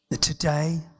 today